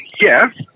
yes